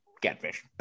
catfish